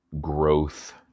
growth